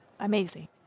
amazing